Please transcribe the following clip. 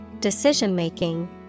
decision-making